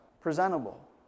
presentable